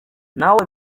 nawe